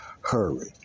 hurry